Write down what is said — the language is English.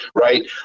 right